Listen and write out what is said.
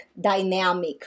dynamic